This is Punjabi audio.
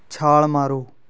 ਛਾਲ ਮਾਰੋ